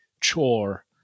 chore